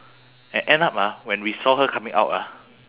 and end up ah when we saw her coming out ah